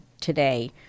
today